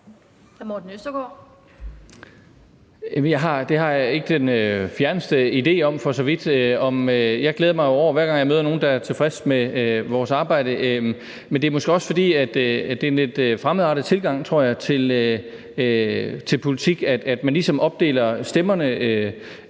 Det har jeg ikke den fjerneste idé om, for så vidt. Jeg glæder mig jo over det, hver gang jeg møder nogen, der er tilfredse med vores arbejde. Men det er måske også, fordi det er en lidt fremmedartet tilgang, tror jeg, til politik, at man ligesom opdeler stemmerne